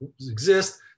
exist